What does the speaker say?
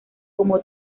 como